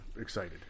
excited